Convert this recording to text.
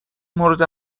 مورد